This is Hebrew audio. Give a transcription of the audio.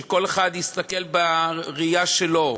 שכל אחד יסתכל בראייה שלו.